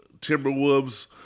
Timberwolves